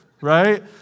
right